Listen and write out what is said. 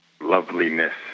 loveliness